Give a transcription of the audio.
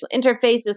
interfaces